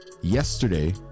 Yesterday